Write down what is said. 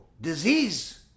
disease